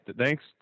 Thanks